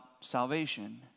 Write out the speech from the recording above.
salvation